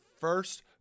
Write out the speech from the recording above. first